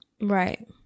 Right